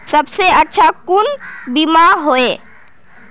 सबसे अच्छा कुन बिमा होय?